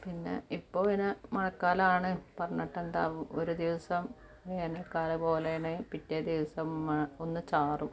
പിന്നെ ഇപ്പോൾ പിന്നെ മഴക്കാലമാണ് പറഞ്ഞിട്ട് എന്താണ് ഒരു ദിവസം വേനൽക്കാലം പോലെ തന്നെ പിറ്റേ ദിവസം മഴ ഒന്ന് ചാറും